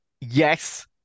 yes